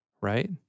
right